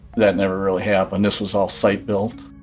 that never really happened, this was all site-built.